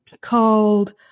called